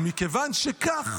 ומכיוון שכך,